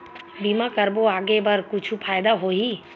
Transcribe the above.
बीमा करबो आगे बर कुछु फ़ायदा होही?